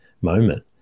moment